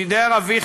שידר אבי,